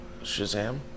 Shazam